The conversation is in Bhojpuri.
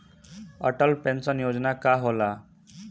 अटल पैंसन योजना का होला?